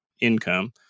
income